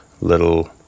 little